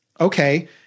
Okay